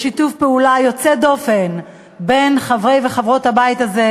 בשיתוף פעולה יוצא דופן בין חברי וחברות הבית הזה,